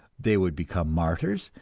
they would become martyrs,